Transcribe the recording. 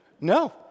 No